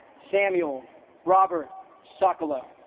samuel robert sokolow